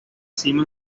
cimas